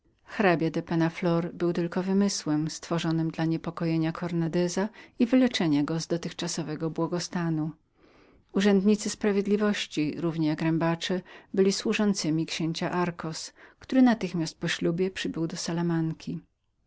hrabia penna flor był jak to mówią osobą moralną wymarzoną dla niepokojenia cornandeza i wyleczenia go z dotychczasowego stanu własnego zadowolenia urzędnicy sprawiedliwości równie jak zbiry byli służącymi księcia darcos który natychmiast po ślubie przybył do salamanki